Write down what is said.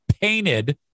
painted